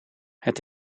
het